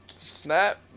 snap